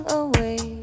away